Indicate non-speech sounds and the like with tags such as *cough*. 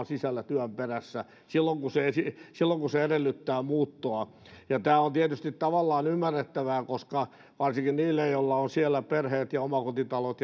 *unintelligible* sisällä työn perässä silloin kun se edellyttää muuttoa tämä on tietysti tavallaan ymmärrettävää koska varsinkin niille joilla on siellä perheet ja omakotitalot *unintelligible*